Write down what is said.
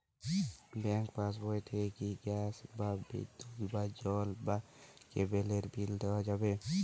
Bank পাশবই থেকে কি গ্যাস বা বিদ্যুৎ বা জল বা কেবেলর বিল দেওয়া যাবে?